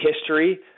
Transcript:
history